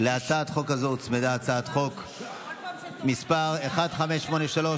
להצעת החוק הזאת הוצמדה הצעת חוק מס' 1583,